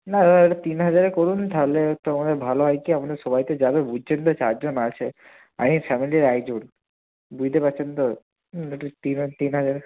না দাদা এটা তিন হাজারে করুন তাহলে একটু আমাদের ভালো হয় কী আমরা সবাই তো যাবে বুঝছেন তো চারজন আছে আমি ফ্যামেলির আয়োজন বুঝতে পারছেন তো হুম একটু তিন তিন হাজার